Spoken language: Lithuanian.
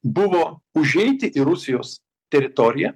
buvo užeiti į rusijos teritoriją